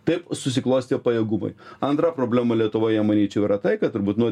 taip susiklostė pajėgumai antra problema lietuvoje manyčiau yra tai kad turbūt nuo